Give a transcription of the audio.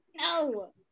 No